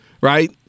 right